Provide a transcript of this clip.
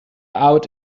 out